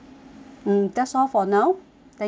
mm that's all for now thank you